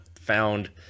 found